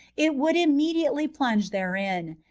it would immediately plunge therein,